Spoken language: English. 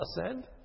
ascend